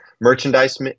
merchandise